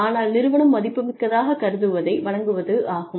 ஆனால் நிறுவனம் மதிப்புமிக்கதாக கருதுவதை வழங்குவதாகும்